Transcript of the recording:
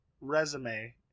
resume